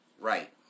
right